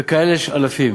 וכאלה יש אלפים,